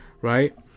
right